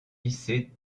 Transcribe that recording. lycées